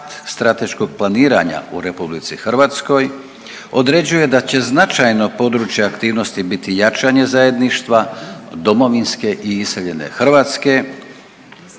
strateškog planiranja u RH određuje da će značajno područje aktivnosti biti jačanje zajedništva domovinske i iseljene Hrvatske